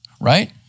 right